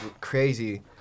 crazy